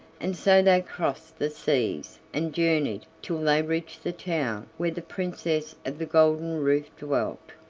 and so they crossed the seas and journeyed till they reached the town where the princess of the golden roof dwelt.